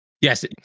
Yes